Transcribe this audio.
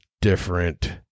different